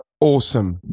awesome